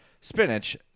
spinach